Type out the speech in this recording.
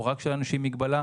או רק של אנשים עם מגבלות.